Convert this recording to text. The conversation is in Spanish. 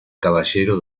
caballero